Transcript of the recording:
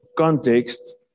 context